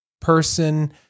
person